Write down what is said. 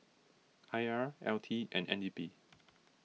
I R L T and N D P